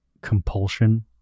compulsion